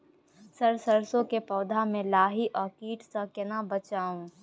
Sir सरसो के पौधा में लाही आ कीट स केना बचाऊ?